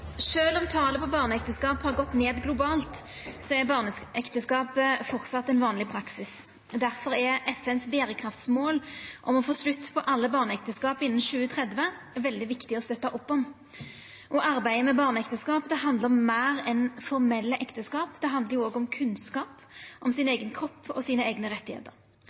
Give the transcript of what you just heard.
«Sjølv om talet på barneekteskap har gått ned globalt, så er barneekteskap framleis ein vanleg praksis. Difor er FNs berekraftsmål om å få slutt på alle barneekteskap innan 2030 svært viktig å støtte opp om. Arbeidet mot barneekteskap handlar om meir enn formelle ekteskap, det handlar òg om kunnskap om eigen kropp og